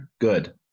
good